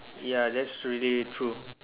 ya that's really true